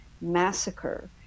massacre